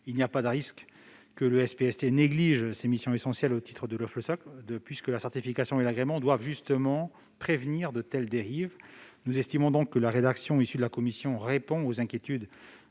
Il n'y a pas de risque que le SPST néglige ses missions essentielles au titre de l'offre socle, puisque la certification et l'agrément doivent justement prévenir de telles dérives. Estimant que la rédaction issue des travaux de la commission répond aux inquiétudes